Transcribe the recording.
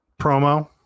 promo